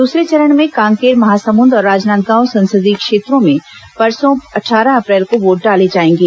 दूसरे चरण में कांकेर महासमुद और राजनादगांव संसदीय क्षेत्रों में परसों अट्ठारह अप्रैल को वोट डाले जाएंगे